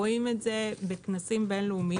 רואים את זה בכנסים בינלאומיים,